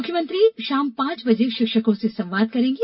मुख्यमंत्री आज शाम पांच बजे शिक्षकों से संवाद करेंगे